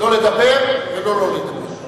לא לדבר ולא לא לדבר.